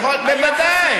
בוודאי.